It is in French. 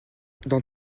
dans